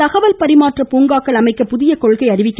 தகவல் பரிமாற்ற பூங்காக்கள் அமைக்க புதிய கொள்கை அறிவிக்கப்படும்